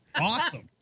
Awesome